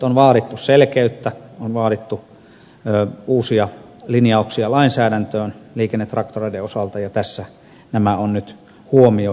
on vaadittu selkeyttä on vaadittu uusia linjauksia lainsäädäntöön liikennetraktoreiden osalta ja tässä nämä on nyt huomioitu